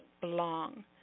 belong